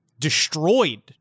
destroyed